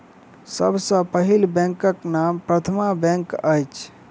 सभ सॅ पहिल बैंकक नाम प्रथमा बैंक अछि